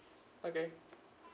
okay